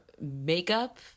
makeup